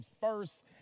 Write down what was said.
first